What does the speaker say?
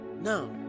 Now